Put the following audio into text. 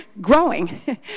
growing